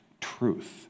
truth